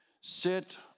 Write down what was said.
sit